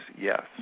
yes